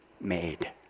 made